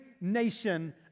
nation